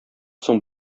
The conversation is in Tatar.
соң